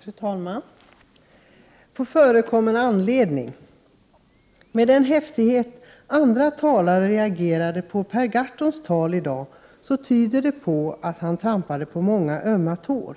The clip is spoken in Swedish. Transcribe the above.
Fru talman! På förekommen anledning vill jag säga att den häftighet med vilken en del talare reagerade på Per Gahrtons tal i dag tyder på att han trampade på många ömma tår.